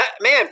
man